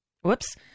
Whoops